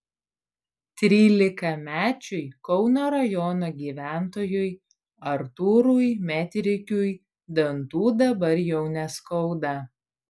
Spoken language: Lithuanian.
trylikamečiui kauno rajono gyventojui artūrui metrikiui dantų dabar jau neskauda